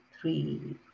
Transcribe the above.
three